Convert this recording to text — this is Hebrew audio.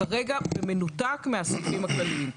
כרגע במנותק מהסעיפים הכלליים.